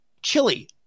chili